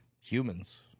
humans